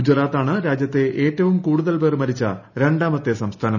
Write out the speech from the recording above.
ഗുജറാത്താണ് രാജ്യത്തെ ഏറ്റവും കൂടു്തൽ പേർ മരിച്ച രണ്ടാമത്തെ സംസ്ഥാനം